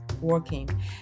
working